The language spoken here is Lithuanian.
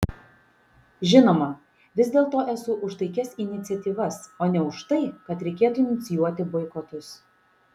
žinoma vis dėlto esu už taikias iniciatyvas o ne už tai kad reikėtų inicijuoti boikotus